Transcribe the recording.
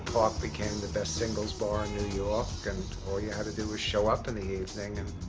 park became the best singles bar in new york, and all you had to do was show up in the thing and,